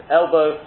elbow